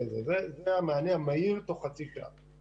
זה המענה המהיר בתוך חצי שעה.